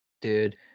Dude